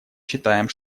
считаем